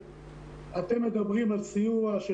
אתם מדברים על סיוע של